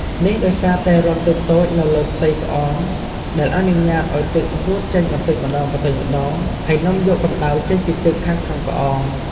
នេះដោយសារតែរន្ធតូចៗនៅលើផ្ទៃក្អម ដែលអនុញ្ញាតឱ្យទឹកហួតចេញបន្តិចម្ដងៗ ហើយនាំយកកម្ដៅចេញពីទឹកខាងក្នុងក្អម។